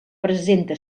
presenta